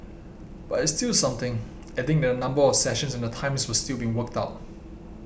but it's still something adding that the number of sessions and the times were still being worked out